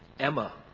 emma.